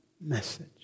message